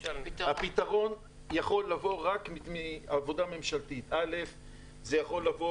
הפתרון יכול לבוא רק מעבודה ממשלתית: זה יכול לבוא